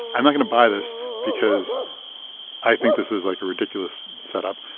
i'm not going to buy this because i think this is, like, a ridiculous setup,